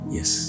Yes